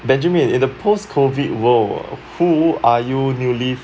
benjamin in the post COVID world who are you newly